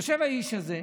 יושב האיש הזה,